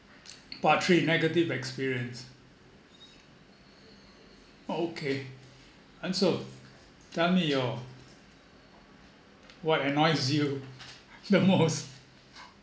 part three negative experience okay and so tell me your what annoys you the most